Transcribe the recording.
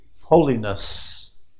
holiness